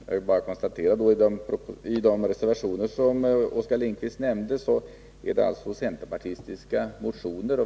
Jag vill bara konstatera att de reservationer som Oskar Lindkvist nämnde bygger på centerpartistiska motioner.